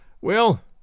Well